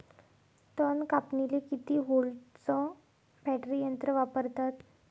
तन कापनीले किती व्होल्टचं बॅटरी यंत्र वापरतात?